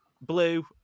blue